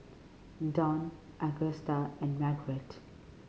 Dawn Agusta and Marguerite